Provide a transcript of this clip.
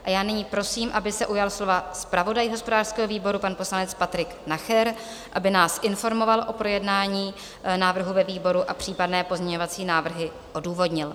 A já nyní prosím, aby se ujal slova zpravodaj hospodářského výboru, pan poslanec Patrik Nacher, aby nás informoval o projednání návrhu ve výboru a případné pozměňovací návrhy odůvodnil.